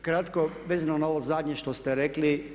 Evo kratko vezano na ovo zadnje što ste rekli.